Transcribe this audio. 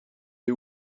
est